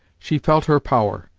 she felt her power,